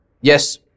yes